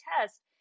test